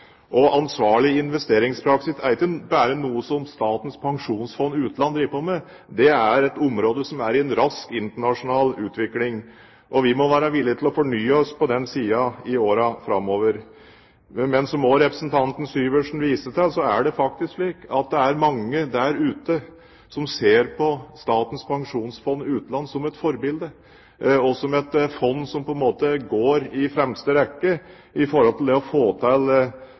Ansvarlig investeringspraksis er ikke bare noe som Statens pensjonsfond – Utland driver på med, det er et område som er i rask internasjonal utvikling, og vi må være villige til å fornye oss på den siden i årene framover. Men som også representanten Syversen viste til, er det faktisk slik at det er mange der ute som ser på Statens pensjonsfond – Utland som et forbilde og som et fond som går i fremste rekke når det gjelder å få til